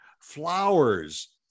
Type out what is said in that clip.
flowers